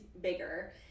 bigger